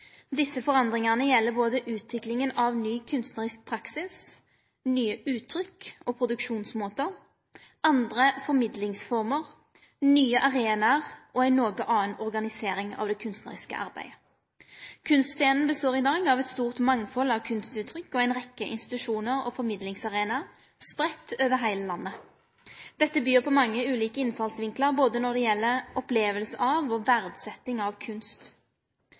Desse endringane gjeld både utviklinga av ny kunstnarisk praksis, nye uttrykk og produksjonsmåtar, andre formidlingsformer, nye arenaer og ei noko anna organisering av det kunstnariske. Kunstscena består i dag av eit stort mangfald av kunstuttrykk og ei rekke institusjonar og formidlingsarenaer spreidde over heile landet. Dette byr på mange ulike innfallsvinklar når det gjeld både oppleving av og verdsetjing av kunst.